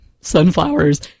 sunflowers